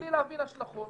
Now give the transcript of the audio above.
בלי להבין את ההשלכות.